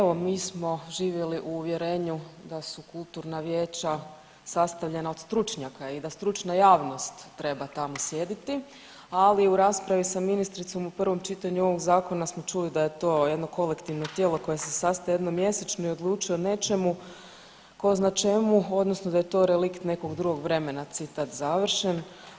Evo mi smo živjeli u uvjerenju da su kulturna vijeća sastavljena od stručnjaka i da stručna javnost treba tamo sjediti, ali u raspravi sa ministricom u prvom čitanju ovog zakona smo čuli da je to jedno kolektivno tijelo koje se sastaje jednom mjesečno i odlučuje o nečemu tko zna čemu, odnosno da je to relikt nekog drugog vremena, citat završen.